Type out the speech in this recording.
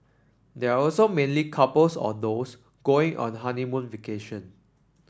they are also mainly couples or those going on a honeymoon vacation